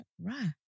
Right